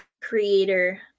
creator